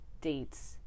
dates